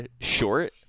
short